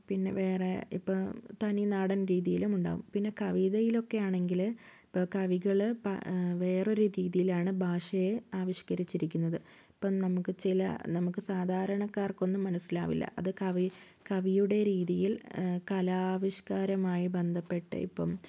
പിന്നെ വേറെ ഇപ്പം തനി നാടൻ രീതിയിലുമുണ്ടാവും പിന്നെ കവിതയിലൊക്കെ ആണെങ്കില് ഇപ്പോൾ കവികള് വേറൊരു രീതിയിലാണ് ഭാഷയെ ആവിഷ്ക്കരിച്ചിരിക്കുന്നത് ഇപ്പം നമുക്ക് ചില നമുക്ക് സാധാരണക്കാർക്കൊന്നും മനസ്സിലാവില്ല അത് കവി കവിയുടെ രീതിയിൽ കലാവിഷ്ക്കരമായി ബന്ധപ്പെട്ട് ഇപ്പം